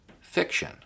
fiction